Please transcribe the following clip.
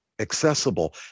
Accessible